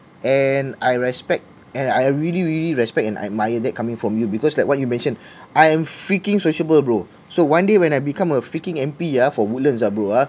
and I respect and I really really respect and I admire that coming from you because like what you mentioned I am freaking sociable bro so one day when I become a freaking M_P ah for woodlands ah bro ah